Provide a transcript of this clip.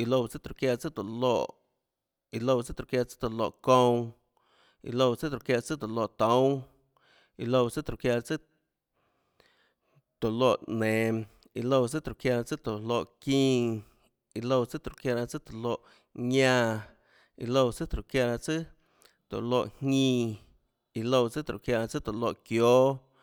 iã loúã tsùàtróhå çiáã tsùâ tóå loèiã loúã tsùàtróhå çiáã tsùâ tóå loè kounã, iã loúã tsùàtróhå çiáã tsùâ tóå loètoúnâ. iã loúã tsùàtróhå çiáã tsùâ tóå loè nenå. iã loúã tsùàtróhå çiáã tsùâ tóå loè çínã. iã loúã tsùàtróhå çiáã tsùâ tóå loè ñánã, iã loúã tsùàtróhå çiáã tsùâ tóå loèjñínã. iã loúã tsùàtróhå çiáã tsùâ tóå loè çióâ